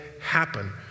happen